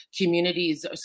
communities